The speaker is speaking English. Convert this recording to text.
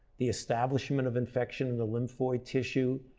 the establishment of infection in the lymphoid tissue,